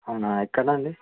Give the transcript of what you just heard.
అవునా ఎక్కడ అండి